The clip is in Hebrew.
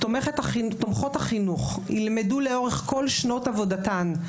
תומכות החינוך ילמדו לאורך כל שנות עבודתן,